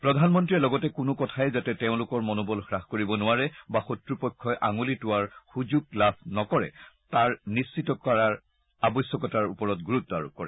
প্ৰধানমন্ত্ৰীয়ে লগতে কোনো কথাই যাতে তেওঁলোকৰ মনোবল হ্ৰাস কৰিব নোৱাৰে বা শক্ৰপক্ষই আঙুলি টোৱাৰ সুযোগ লাভ নকৰে তাক নিশ্চিত কৰাৰ আৱশ্যকতাৰ ওপৰত গুৰুত্ব আৰোপ কৰে